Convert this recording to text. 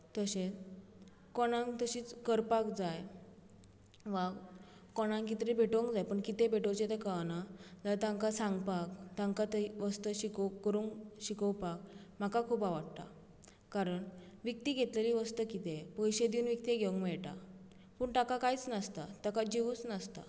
तशेंच कोणाक तशी करपाक जाय वा कोणाक कितें तरी भेटोवंक जाय पूण कितें भेटोवचे तें कळना जाल्यार तांकां सांगपाक तांकां ती वस्त करूंक शिकोवपाक म्हाका खूब आवडटा कारण विकती घेतिल्ली वस्त कितें पयशे घेवन विकती घेवंक मेळटा पूण ताका कांयच नासता ताका जीवूच नासता